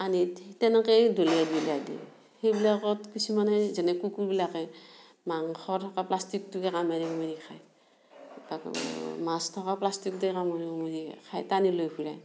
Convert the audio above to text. আনি তেনেকৈয়ে দলিয়াই পেলাই দিয়ে সেইবিলাকত কিছুমানে যেনে কুকুৰবিলাকে মাংস থকা প্লাষ্টিকটোকে কামেৰি কমেৰি খায় বা মাছ থকা প্লাষ্টিকটোৱে কামোৰি কামোৰি খায় টানি লৈ ফুৰে